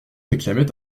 réclamait